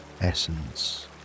essence